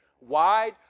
wide